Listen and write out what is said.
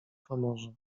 pomoże